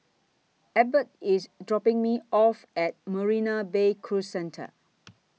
Ebert IS dropping Me off At Marina Bay Cruise Centre